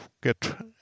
get